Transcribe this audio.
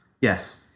Yes